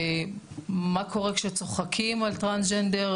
מה קורה כשצוחקים על טרנסג'נדר,